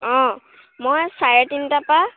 অঁ মই চাৰে তিনিটাৰ পৰা